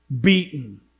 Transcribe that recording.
beaten